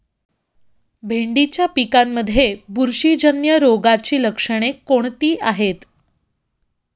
भेंडीच्या पिकांमध्ये बुरशीजन्य रोगाची लक्षणे कोणती आहेत?